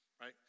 Right